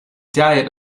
diet